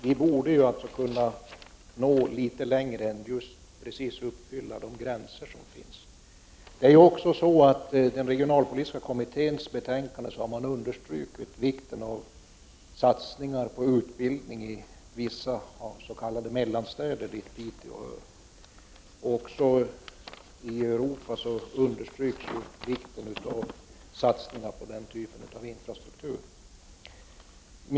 Vi borde kunna nå litet längre än till att just precis nå de gränser som finns. I den regionalpolitiska kommitténs betänkande har man understrukit vikten av satsningar på utbildningen av vissa s.k. mellanstöd i Piteå. Också i Europa understryks vikten av satsningar på den typen av infrastruktur.